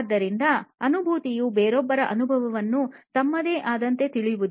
ಆದ್ದರಿಂದ ಅನುಭೂತಿಯು ಬೇರೊಬ್ಬರ ಅನುಭವವನ್ನು ತಮಗೆ ಆದಂತೆ ತಿಳಿಯುವುದು